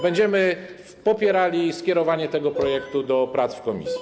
Będziemy popierali skierowanie tego projektu do prac w komisji.